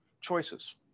choices